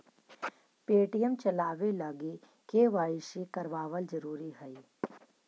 Paytm चलाबे लागी KYC करबाबल जरूरी हई